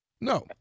No